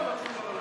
סעיף תקציבי 42,